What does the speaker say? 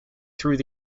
through